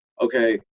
okay